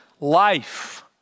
life